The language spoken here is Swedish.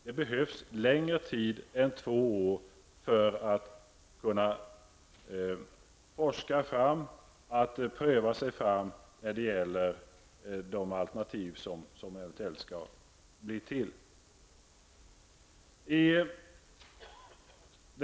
Det behövs längre tid än två år för att kunna forska och pröva sig fram när det gäller de alternativ som eventuellt skall gälla.